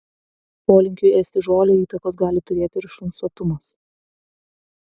polinkiui ėsti žolę įtakos gali turėti ir šuns sotumas